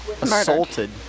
assaulted